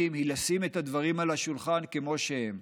היא לשים את הדברים על השולחן כמו שהם.